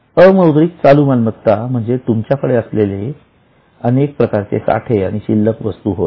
अमौद्रिक चालू मालमत्ता म्हणजे तुमच्याकडे असलेल्या अनेक प्रकारचे साठे आणि शिल्लक वस्तू होय